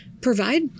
provide